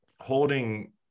holding